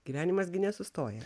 gyvenimas gi nesustoja